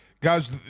Guys